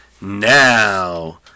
now